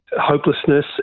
hopelessness